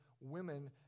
women